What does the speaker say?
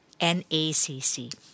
NACC